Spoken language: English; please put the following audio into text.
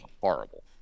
horrible